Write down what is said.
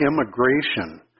immigration